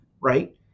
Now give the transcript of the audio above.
Right